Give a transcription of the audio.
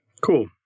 Cool